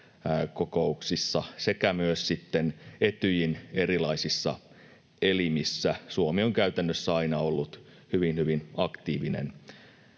NB8-kokouksissa, sekä myös sitten Etyjin erilaisissa elimissä Suomi on käytännössä aina ollut hyvin, hyvin aktiivinen.